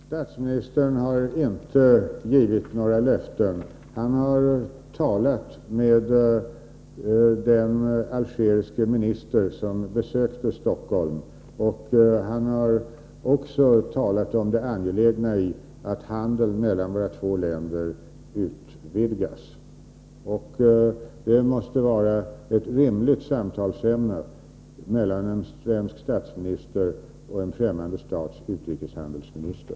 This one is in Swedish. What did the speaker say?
Fru talman! Statsministern har inte gett några löften — han har talat med den algeriske minister som besökte Stockholm. Han har också talat om det angelägna i att handeln mellan våra två länder utvidgas. Det måste vara ett rimligt samtalsämne mellan en svensk statsminister och en främmande stats utrikeshandelsminister.